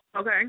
Okay